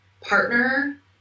partner